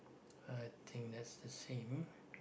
I think that's the same